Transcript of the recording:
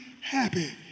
happy